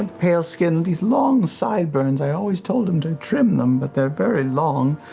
and pale skin, these long sideburns, i always told him to trim them, but they're very long.